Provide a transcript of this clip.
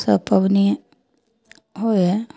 सब पबनी होइ हइ